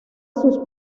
sus